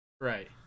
right